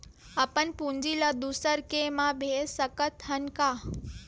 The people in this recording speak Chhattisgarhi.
अपन पूंजी ला दुसर के मा भेज सकत हन का?